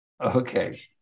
Okay